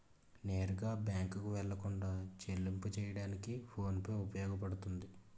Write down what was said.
నేరుగా బ్యాంకుకు వెళ్లకుండా చెల్లింపు చెయ్యడానికి ఫోన్ పే ఉపయోగపడుతుంది